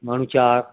माण्हू चारि